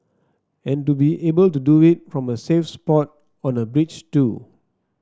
and to be able to do it from a safe spot on a bridge too